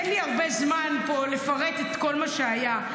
אין לי הרבה זמן פה לפרט את כל מה שהיה,